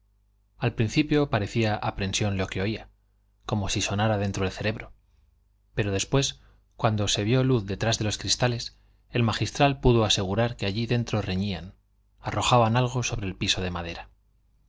al principio parecía aprensión lo que oía como si sonara dentro del cerebro pero después cuando se vio luz detrás de los cristales el magistral pudo asegurar que allí dentro reñían arrojaban algo sobre el piso de madera